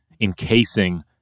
encasing